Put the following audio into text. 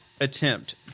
attempt